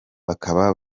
bakaba